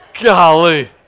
Golly